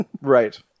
Right